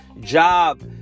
job